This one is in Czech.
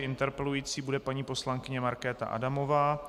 Interpelující bude paní poslankyně Markéta Adamová.